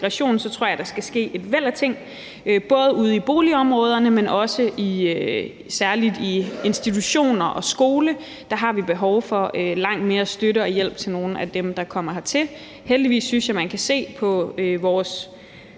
tror jeg at der skal ske et væld af ting. Både ude i boligområderne, men også særlig i institutioner og skoler er der behov for langt mere støtte og hjælp til nogle af dem, der kommer hertil. Heldigvis synes jeg at man kan se af vores